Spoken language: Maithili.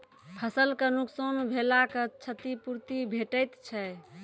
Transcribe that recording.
फसलक नुकसान भेलाक क्षतिपूर्ति भेटैत छै?